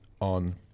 on